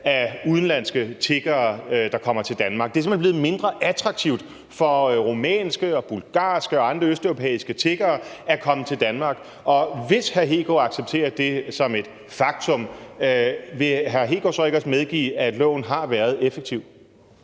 af udenlandske tiggere, der kommer til Danmark? Det er simpelt hen blevet mindre attraktivt for rumænske og bulgarske og andre østeuropæiske tiggere at komme til Danmark. Og hvis hr. Kristian Hegaard accepterer det som et faktum, vil hr. Kristian Hegaard så ikke også medgive, at loven har været effektiv?